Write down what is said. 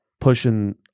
pushing